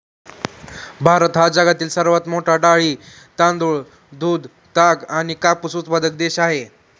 भारत हा जगातील सर्वात मोठा डाळी, तांदूळ, दूध, ताग आणि कापूस उत्पादक देश आहे